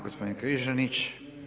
Gospodin Križanić.